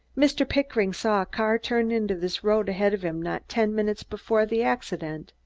mr. pickering saw a car turn into this road ahead of him not ten minutes before the accident.